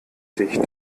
dicht